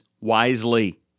wisely